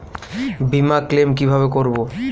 বিমা ক্লেম কিভাবে করব?